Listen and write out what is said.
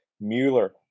Mueller